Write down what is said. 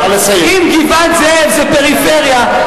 אם גבעת-זאב זה פריפריה,